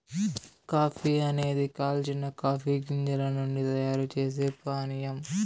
coffee అనేది కాల్చిన coffee గింజల నుండి తయారు చేసే పానీయం